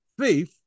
thief